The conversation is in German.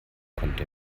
konnte